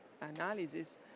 analysis